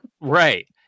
right